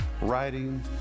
writing